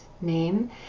name